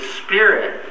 spirit